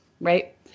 right